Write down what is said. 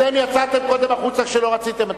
אתם יצאתם קודם החוצה, כשלא רציתם.